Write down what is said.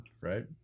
right